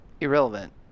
irrelevant